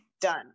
done